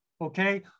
Okay